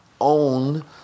own